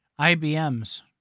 IBM's